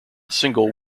single